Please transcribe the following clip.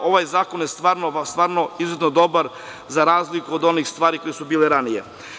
Ovaj zakon je stvarno izuzetno dobar, za razliku od onih stvari koje su bile ranije.